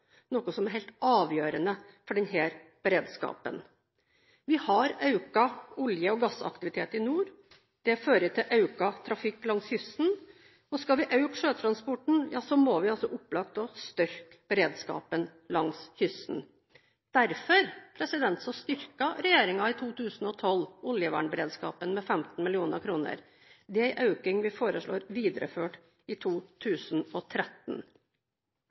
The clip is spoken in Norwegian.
noe som er helt avgjørende for denne beredskapen. Vi har økt olje- og gassaktivitet i nord. Det fører til økt trafikk langs kysten. Skal vi øke sjøtransporten, må vi opplagt også styrke beredskapen langs kysten. Derfor styrket regjeringen i 2012 oljevernberedskapen med 15 mill. kr, en økning vi foreslår videreført i 2013.